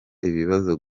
ibibazo